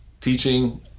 teaching